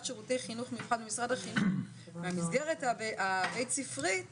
שירותי חינוך מיוחד במשרד החינוך במסגרת הבית ספרית